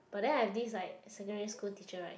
but then I have this like secondary school teacher right